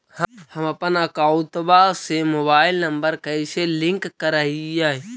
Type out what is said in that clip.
हमपन अकौउतवा से मोबाईल नंबर कैसे लिंक करैइय?